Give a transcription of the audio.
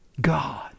God